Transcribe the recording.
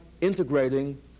integrating